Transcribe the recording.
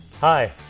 hi